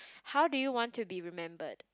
how do you want to be remembered